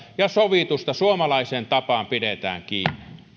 ja sovitusta suomalaiseen tapaan pidetään kiinni